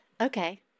Okay